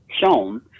shown